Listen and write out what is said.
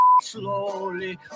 slowly